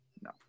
no